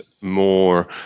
more